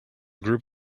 group